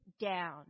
down